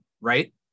right